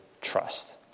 trust